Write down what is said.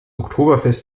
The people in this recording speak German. oktoberfest